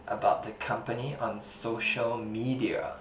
about the company on social media